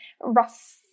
rough